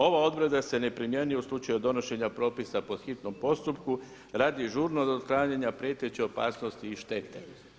Ova odredba se ne primjenjuje u slučaju donošenja propisa po hitnom postupku radi žurnog otklanjanja prijeteće opasnosti i štete.